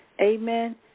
Amen